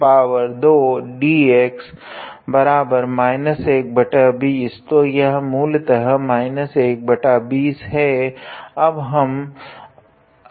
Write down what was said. तो यह मूलतः 120 है